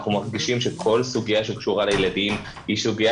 אנחנו מרגישים שכל סוגיה שקשורה לילדים היא סוגיה